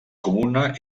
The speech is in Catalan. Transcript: comuna